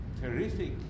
terrific